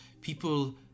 people